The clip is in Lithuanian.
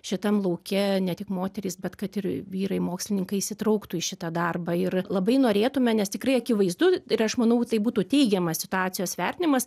šitam lauke ne tik moterys bet kad ir vyrai mokslininkai įsitrauktų į šitą darbą ir labai norėtume nes tikrai akivaizdu ir aš manau kad tai būtų teigiamas situacijos vertinimas